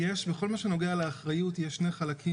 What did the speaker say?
בכל מה שנוגע לאחריות יש שני חלקים